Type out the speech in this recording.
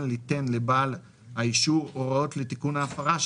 ליתן לבעל האישור הוראות לתיקון ההפרה,